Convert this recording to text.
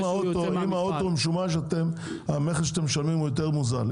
האוטו משומש המכס שאתם משלמים הוא יותר מוזל,